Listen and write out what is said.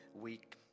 week